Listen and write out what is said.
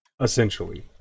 Essentially